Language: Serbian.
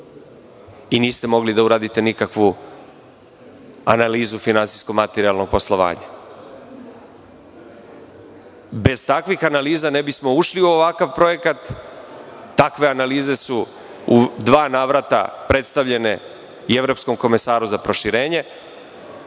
i niste mogli da uradite nikakvu analizu finansijsko-materijalnog poslovanja. Bez takvih analiza ne bismo ušli u ovakav projekat. Takve analize su u dva navrata predstavljene i evropskom komesaru za proširenje